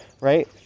Right